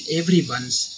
everyone's